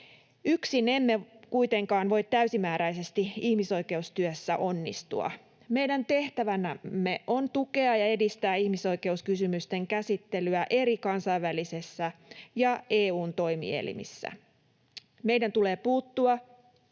Yksin emme kuitenkaan voi täysimääräisesti ihmisoikeustyössä onnistua. Meidän tehtävänämme on tukea ja edistää ihmisoikeuskysymysten käsittelyä eri kansainvälisissä ja EU:n toimielimissä. Meidän tulee puuttua